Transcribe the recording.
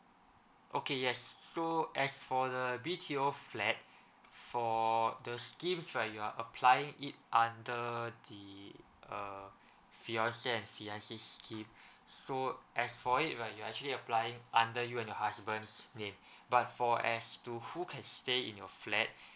okay yes so as for the B_T_O flat for the schemes right you are applying it under the uh fiance and fiancee scheme so as for it right you're actually applying under you and your husband's name but for as to who can stay in your flat